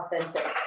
authentic